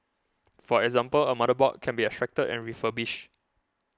for example a motherboard can be extracted and refurbished